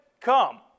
come